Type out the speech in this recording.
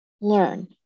learn